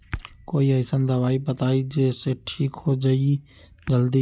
कोई अईसन दवाई बताई जे से ठीक हो जई जल्दी?